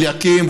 אליקים,